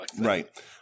Right